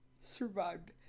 survived